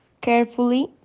carefully